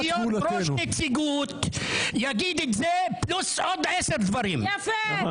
הערבי שיסכים להיות ראש נציגות יגיד את זה פלוס עוד עשרה דברים -- יפה.